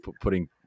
putting